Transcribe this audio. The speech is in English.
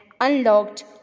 unlocked